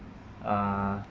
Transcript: uh